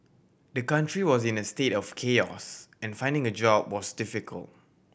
the country was in a state of chaos and finding a job was difficult